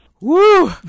woo